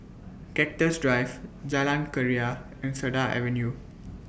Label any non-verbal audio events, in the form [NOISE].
[NOISE] Cactus Drive [NOISE] Jalan Keria and Cedar Avenue